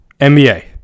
NBA